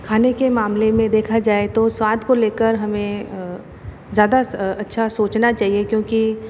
खाने के मामले में देखा जाए तो स्वाद को लेकर हमें ज़ादा अच्छा सोचना चहिए क्योंकि